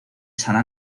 saint